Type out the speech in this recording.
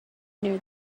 near